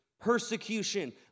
Persecution